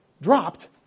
dropped